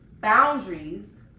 boundaries